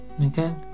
Okay